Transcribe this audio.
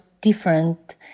different